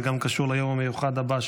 זה גם קשור ליום המיוחד הבא שלנו.